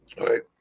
right